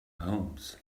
homes